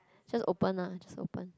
just open ah just open